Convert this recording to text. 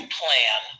plan